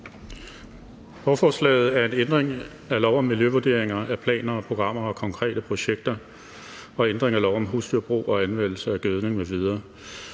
Lovforslaget er en ændring af lov om miljøvurdering af planer og programmer og af konkrete projekter og ændring af lov om husdyrbrug og anvendelse af gødning m.v.